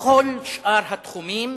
בכל שאר התחומים